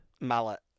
Mallet